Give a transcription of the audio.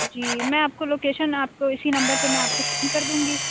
جی میں آپ کو لوکیشن آپ کو اسی نمبر پہ میں آپ کو سینڈ کر دوں گی